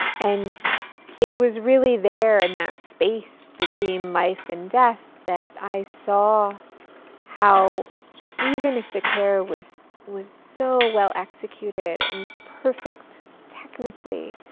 and it was really there in that space between life and death that i saw how even if the care was was so well executed and perfect technically,